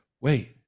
Wait